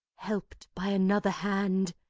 helped by another hand!